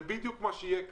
זה בדיוק מה שיהיה כאן.